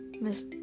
Miss